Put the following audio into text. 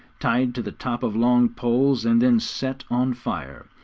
tied to the top of long poles, and then set on fire.